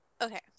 Okay